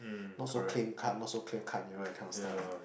not so clean cut not so clear cut you know that kind of stuff